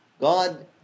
God